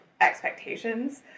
expectations